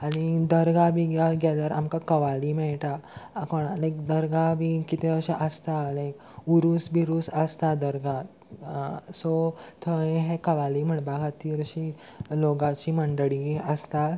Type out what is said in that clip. आनी दरगां बी गेल्यार आमकां कवाली मेयटा कोणा लायक दरगां बी कितें अशें आसता लायक उरूस बिरूस आसता दरगां सो थंय हें कवाली म्हणपा खातीर अशी लोकांची मंडळी आसता